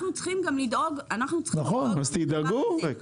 אנחנו צריכים גם לדאוג --- מה הבעיה?